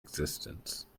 existence